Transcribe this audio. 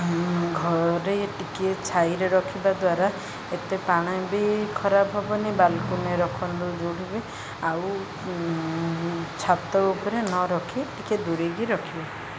ଘରେ ଟିକିଏ ଛାଇରେ ରଖିବା ଦ୍ୱାରା ଏତେ ପାଣି ବି ଖରାପ ହେବନି ବାଲ୍କୁନି ରଖନ୍ତୁ ଯେଉଁଠି ବି ଆଉ ଛାତ ଉପରେ ନ ରଖି ଟିକିଏ ଦୂରେଇକି ରଖିବେ